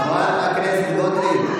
חברת הכנסת גוטליב,